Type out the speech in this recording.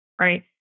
right